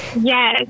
yes